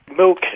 Milk